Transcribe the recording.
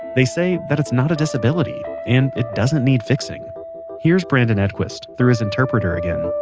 they say that it's not a disability, and it doesn't need fixing here's brandon edquist through his interpreter again